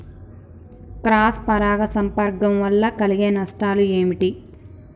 Cross పరాగ సంపర్కం వల్ల కలిగే నష్టాలు ఏమిటి?